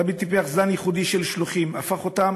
הרבי טיפח זן ייחודי של שלוחים, הפך אותם